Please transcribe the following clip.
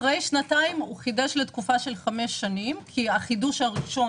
אחרי שנתיים הוא חידש לתקופה של 5 שנים כי החידוש הראשון